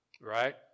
right